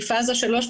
כי פאזה 3,